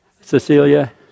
Cecilia